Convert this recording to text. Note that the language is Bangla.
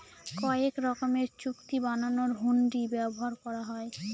কয়েক রকমের চুক্তি বানানোর হুন্ডি ব্যবহার করা হয়